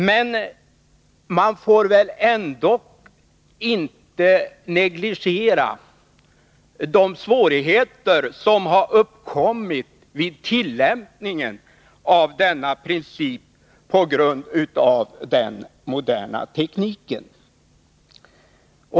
Men man får väl ändå inte negligera de svårigheter vid tillämpningen av denna princip som uppkommit på grund av den moderna tekniken.